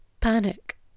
panic